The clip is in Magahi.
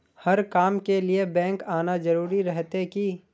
हर काम के लिए बैंक आना जरूरी रहते की?